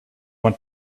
want